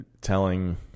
telling